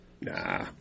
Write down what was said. Nah